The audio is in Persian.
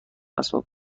اسباب